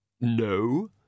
No